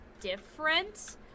different